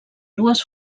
dues